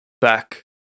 back